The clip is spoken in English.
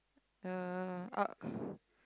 the uh